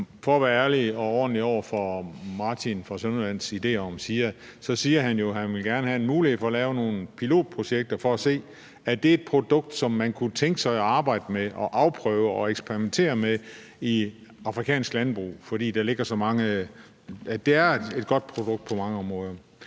for at være ærlig og ordentlig over for Martin i Sønderjyllands idé om chia siger han jo, at han gerne vil have mulighed for at lave nogle pilotprojekter for at se, om det er et produkt, man kunne tænke sig at arbejde med og afprøve og eksperimentere med i afrikansk landbrug. For det er et godt produkt på mange områder.